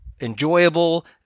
enjoyable